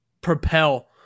propel